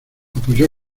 apoyó